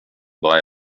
buy